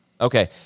Okay